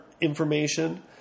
information